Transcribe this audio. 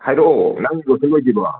ꯍꯥꯏꯔꯛꯑꯣ ꯅꯪ ꯂꯣꯏꯁꯜ ꯂꯣꯏꯗ꯭ꯔꯤꯕꯣ